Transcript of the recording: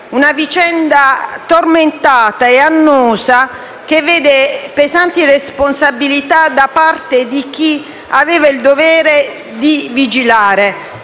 una vicenda tormentata e annosa, che vede pesanti responsabilità da parte di chi aveva il dovere di vigilare.